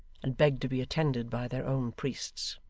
and begged to be attended by their own priests.